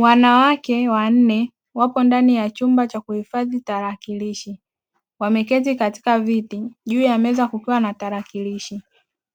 Wanawake wanne wapo ndani ya chumba cha kuhifadhi tarakilishi, wameketi katika viti juu ya meza kukiwa na tarakilishi.